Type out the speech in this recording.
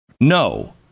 No